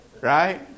right